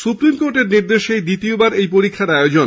supreme কোর্টের নির্দেশে দ্বিতীয়বার এই পরীক্ষার আয়োজন